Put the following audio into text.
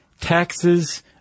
taxes